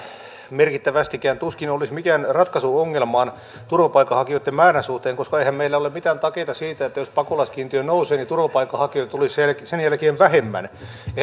merkittävästikään tuskin olisi mikään ratkaisu ongelmaan turvapaikanhakijoitten määrän suhteen koska eihän meillä ole mitään takeita siitä että jos pakolaiskiintiö nousee niin turvapaikanhakijoita tulisi sen jälkeen vähemmän eiväthän